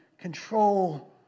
control